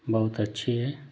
बहुत अच्छी है